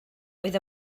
oedd